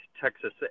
texas